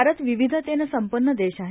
भारत विविधतेनं संपन्न देश आहे